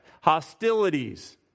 hostilities